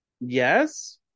Yes